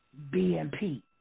BMP